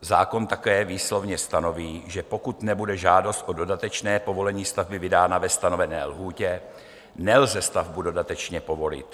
Zákon také výslovně stanoví, že pokud nebude žádost o dodatečné povolení stavby vydána ve stanovené lhůtě, nelze stavbu dodatečně povolit.